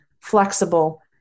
flexible